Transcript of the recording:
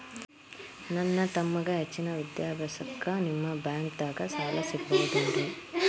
ನನ್ನ ತಮ್ಮಗ ಹೆಚ್ಚಿನ ವಿದ್ಯಾಭ್ಯಾಸಕ್ಕ ನಿಮ್ಮ ಬ್ಯಾಂಕ್ ದಾಗ ಸಾಲ ಸಿಗಬಹುದೇನ್ರಿ?